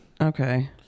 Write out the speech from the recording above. Okay